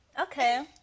Okay